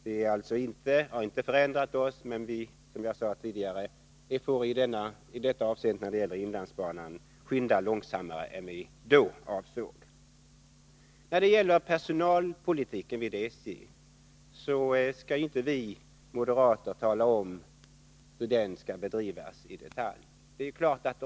Vi har alltså inte ändrat oss, men vi får, som jag sade tidigare, också när det gäller inlandsbanan skynda långsammare än vi då avsåg. När det gäller personalpolitiken vid SJ skall inte vi moderater tala om hur den i detalj skall bedrivas.